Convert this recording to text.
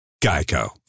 Geico